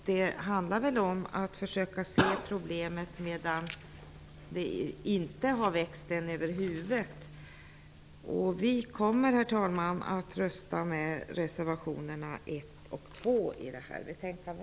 Det handlar om att försöka angripa problemet innan det har växt en över huvudet. Vi kommer att rösta på reservationerna 1 och 2 i detta betänkande.